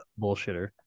bullshitter